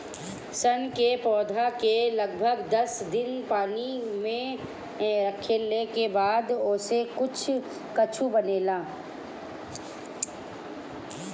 सन के पौधा के लगभग दस दिन पानी में रखले के बाद ओसे कुछू बनेला